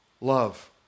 Love